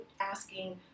asking